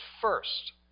First